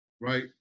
right